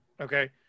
Okay